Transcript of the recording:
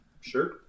Sure